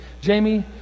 Jamie